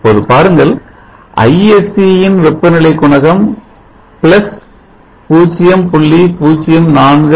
இப்போது பாருங்கள் Isc இன் வெப்பநிலை குணகம் 0